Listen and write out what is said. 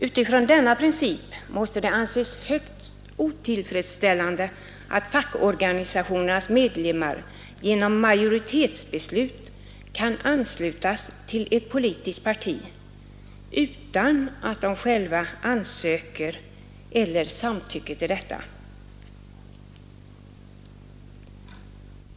Utifrån denna princip måste det anses högst otillfredsställande att fackorganisationernas medlemmar genom majoritetsbeslut kan anslutas till ett politiskt parti utan att de själva ansöker om medlemskap eller samtycker till detta.